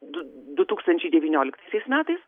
du du tūkstančiai devynioliktaisiais metais